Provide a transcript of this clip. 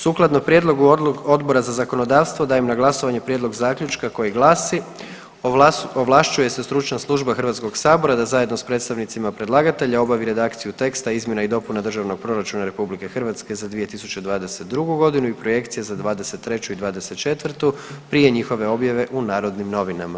Sukladno prijedlogu Odbora za zakonodavstvo dajem na glasovanje Prijedlog zaključka koji glasi: Ovlašćuje se Stručna služba Hrvatskog sabora da zajedno sa predstavnicima predlagatelja obavi redakciju teksta izmjena i dopuna Državnog proračuna Republike Hrvatske za 2022. godinu i projekcije za 2023. i 2024. prije njihove objave u Narodnim novinama.